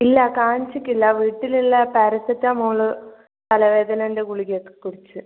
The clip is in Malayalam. ഇല്ല കാണിച്ചിട്ടില്ല വീട്ടിലുള്ള പാരസെറ്റാമോൾ തലവേദനേൻ്റെ ഗുളികയും ഒക്കെ കുടിച്ചു